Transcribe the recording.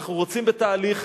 אנחנו רוצים בתהליך,